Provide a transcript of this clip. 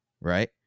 Right